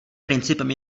principem